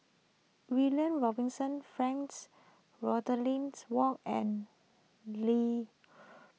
William Robinson Frank Ward and Li